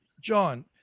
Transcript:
John